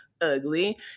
ugly